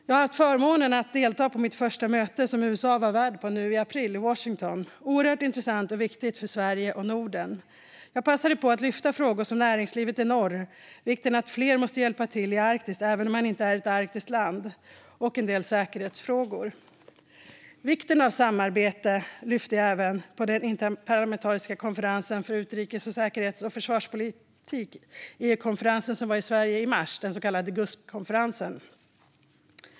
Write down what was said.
Jag hade förmånen att få delta på mitt första möte, som USA var värd för, i april i Washington. Mötet var oerhört intressant och viktigt för Sverige och Norden. Jag passade på att lyfta upp frågor som näringslivet i norr och vikten av att fler hjälper till i Arktis även om man inte är ett arktiskt land samt en del säkerhetsfrågor. Vikten av samarbete lyfte jag upp även på den interparlamentariska konferensen för utrikes, säkerhets och försvarspolitik - den EU-konferens som hölls i Sverige i mars, den så kallade Gusp-konferensen.